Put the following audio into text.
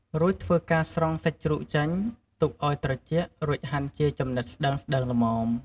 រួចធ្វើការស្រង់សាច់ជ្រូកចេញ ទុកឲ្យត្រជាក់ រួចហាន់ជាចំណិតស្តើងៗល្មម។